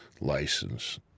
license